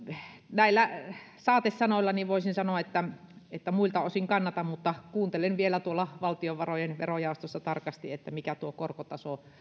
näillä saatesanoillani voisin sanoa että että muilta osin kannatan mutta kuuntelen vielä tuolla valtiovarojen verojaostossa tarkasti mikä korkotaso